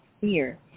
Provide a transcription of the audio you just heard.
fear